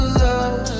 love